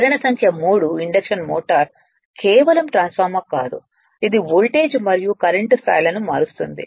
ప్రేరణ సంఖ్య 3 induction motor కేవలం transformer కాదు ఇది వోల్టేజ్ మరియు కరెంట్ స్థాయిలను మారుస్తుంది